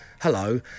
Hello